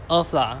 earth lah